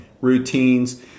routines